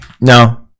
No